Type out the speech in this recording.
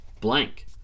blank